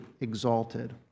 exalted